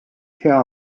hea